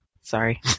Sorry